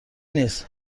نیست